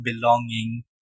belonging